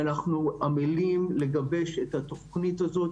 ואנחנו עמלים לגבש את התוכנית הזאת.